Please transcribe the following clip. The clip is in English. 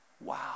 Wow